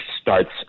starts